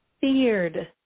feared